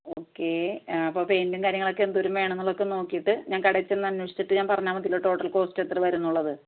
ഒക്കെ അപ്പോൾ പെയിന്റും കാര്യങ്ങളൊക്കെ എന്തോരം വേണം എന്നുള്ളതൊക്കെ നോക്കിയിട്ട് ഞാൻ കടയിൽ ചെന്ന് അന്വേഷിച്ചിട്ട് ഞാൻ പറഞ്ഞാൽ മതിയില്ലേ ടോട്ടൽ കോസ്റ്റ് എത്ര വരും എന്നുള്ളത്